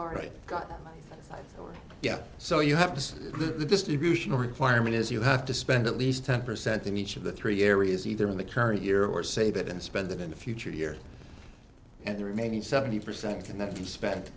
already got one yeah so you have to see the distributional requirement is you have to spend at least ten percent in each of the three areas either in the current year or save it and spend it in the future here and the remaining seventy percent cannot be spent